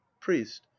Priest